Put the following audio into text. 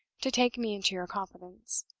to take me into your confidence.